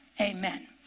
Amen